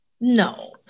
No